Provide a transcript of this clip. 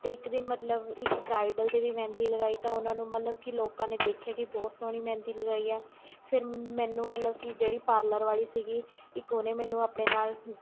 ਅਤੇ ਇੱਕ ਦਿਨ ਮਤਲਬ ਇੱਕ ਬਰਾਈਡਲ ਦੇ ਵੀ ਮਹਿੰਦੀ ਲਗਾਈ ਤਾਂ ਉਹਨਾਂ ਨੂੰ ਮਤਲਬ ਕਿ ਲੋਕਾਂ ਨੇ ਦੇਖਿਆ ਕਿ ਬਹੁਤ ਸੋਹਣੀ ਮਹਿੰਦੀ ਲਗਾਈ ਹੈ ਫਿਰ ਮੈਨੂੰ ਮਤਲਬ ਕਿ ਜਿਹੜੀ ਪਾਰਲਰ ਵਾਲੀ ਸੀਗੀ ਇੱਕ ਉਹਨੇ ਮੈਨੂੰ ਆਪਣੇ ਨਾਲ਼